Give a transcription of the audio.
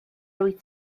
rwyt